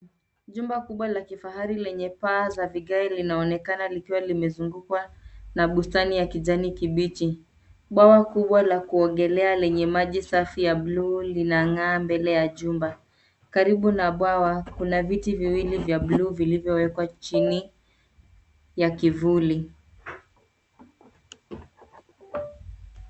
Jumba kubwa la kifahari lenye paa za vigae linaonekana likiwa limezungukwa na bustani ya kijani kibichi. Bwawa kubwa la kuogelea lenye maji safi ya buluu linang'aa mbele jumba. Karibu na bwawa kuna viti viwili vya buluu vilivyowekwa chini ya kivuli.